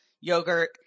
yogurt